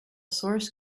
source